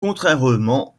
contrairement